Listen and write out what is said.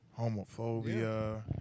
homophobia